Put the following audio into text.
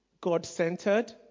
God-centered